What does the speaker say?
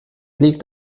liegt